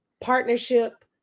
partnership